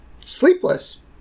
sleepless